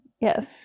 Yes